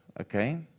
okay